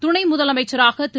துணை முதலமைச்சராக திரு